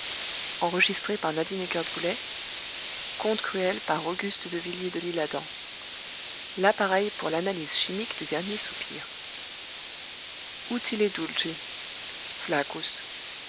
l'appareil pour l'analyse chimique du dernier soupir